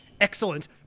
excellent